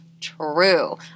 true